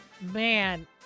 Man